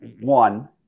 one